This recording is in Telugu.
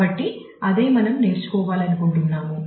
కాబట్టి అదే మనం నేర్చుకోవాలనుకుంటున్నాము